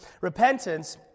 Repentance